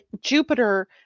Jupiter